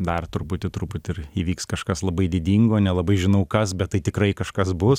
dar truputį truputį ir įvyks kažkas labai didingo nelabai žinau kas bet tai tikrai kažkas bus